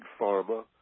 pharma